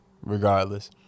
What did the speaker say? Regardless